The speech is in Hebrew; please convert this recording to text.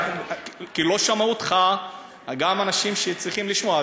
כי לא שמעו אותך גם אנשים שצריכים לשמוע,